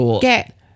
get